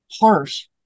harsh